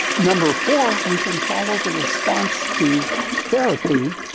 number four, we can follow the response to therapy,